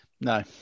No